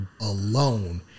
Alone